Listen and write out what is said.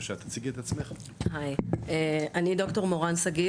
אני ד"ר מורן,